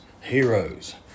heroes